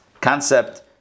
concept